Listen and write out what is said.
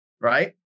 Right